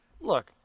look